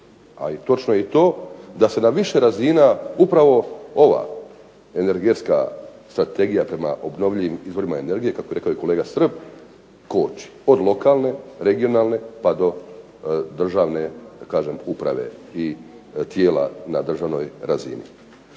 točno je i to da se na više razina upravo ova energetska strategija prema obnovljivim izvorima energije, kako je rekao kolega Srb koči, od lokalne, regionalne pa do državne uprave i kažem tijela na državnoj razini.